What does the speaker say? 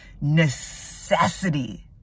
necessity